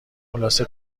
خلاصه